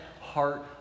heart